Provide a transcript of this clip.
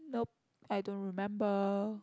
nope I don't remember